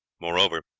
moreover,